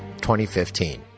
2015